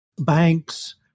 banks